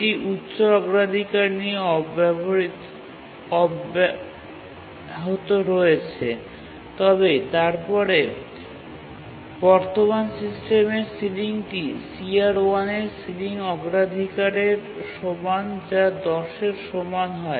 এটি উচ্চ অগ্রাধিকার নিয়ে অব্যাহত রয়েছে তবে তারপরে বর্তমান সিস্টেমের সিলিংটি CR1 এর সিলিং অগ্রাধিকারের সমান যা ১০ এর সমান হয়